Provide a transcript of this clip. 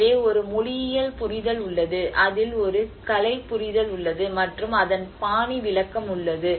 எனவே ஒரு மொழியியல் புரிதல் உள்ளது அதில் ஒரு கலை புரிதல் உள்ளது மற்றும் அதன் பாணி விளக்கம் உள்ளது